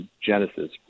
genesis